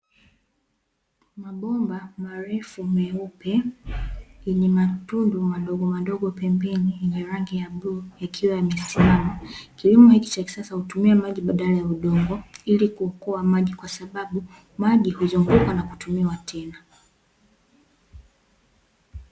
Mabomba marefu meupe yenye matundu madogomadogo pembeni, yenye rangi ya bluu yakiwa yamesimama. Kilimo hichi cha kisasa utumia maji badala ya udungo ili kuokoa maji, kwa sababu maji huzunguka na kutumiwa tena.